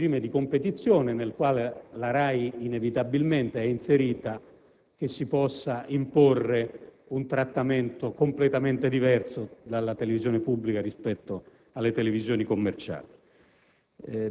in un regime di competizione nel quale la RAI inevitabilmente è inserita, che si possa imporre un trattamento completamente diverso per la televisione pubblica rispetto alle televisioni commerciali.